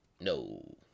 No